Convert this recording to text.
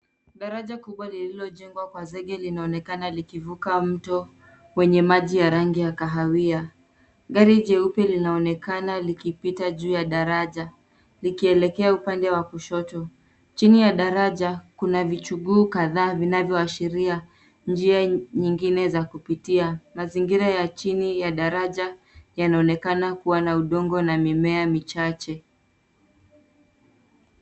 Daraja kubwa lililo jengwa kwa zege linaonekana likivuka mto wenye maji ya rangi ya kahawia , gari jeupe linaonekana likipita juu ya daraja likielekea upande wa kusoto . Chini ya daraja kuna vichuguu kadhaa vinavyo ashiria kuna njia nyingine za kupitia , mazingira ya chini ya daraja yanaonekana kuwa na udongo na mimea michache